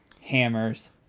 Hammers